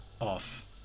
off